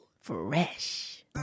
Fresh